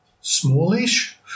smallish